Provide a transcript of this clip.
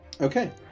Okay